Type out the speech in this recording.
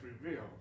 revealed